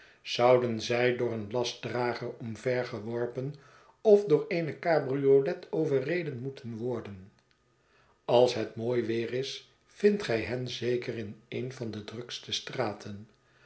zouden zij door een lastdrager omvergeworpen of door eene cabriolet overreden moeten worden als het mooi weer is vindt gxj hen zeker in een van de drukste straten